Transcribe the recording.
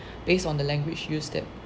based on the language used the